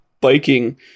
biking